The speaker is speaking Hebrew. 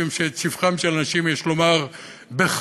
משום שאת שבחם של אנשים יש לומר בחייהם.